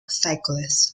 cyclists